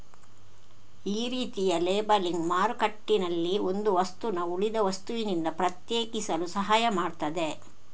ಈ ರೀತಿಯ ಲೇಬಲಿಂಗ್ ಮಾರುಕಟ್ಟೆನಲ್ಲಿ ಒಂದು ವಸ್ತುನ ಉಳಿದ ವಸ್ತುನಿಂದ ಪ್ರತ್ಯೇಕಿಸಲು ಸಹಾಯ ಮಾಡ್ತದೆ